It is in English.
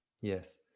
yes